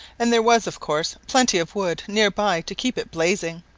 and there was, of course, plenty of wood near by to keep it blazing.